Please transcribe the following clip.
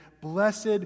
Blessed